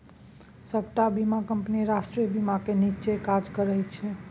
सबटा बीमा कंपनी राष्ट्रीय बीमाक नीच्चेँ काज करय छै